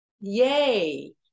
yay